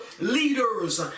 leaders